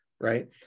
right